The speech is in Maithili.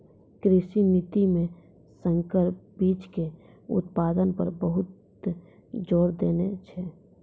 कृषि नीति मॅ संकर बीच के उत्पादन पर बहुत जोर देने छै